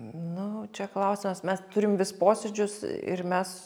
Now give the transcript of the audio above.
nu čia klausimas mes turim vis posėdžius ir mes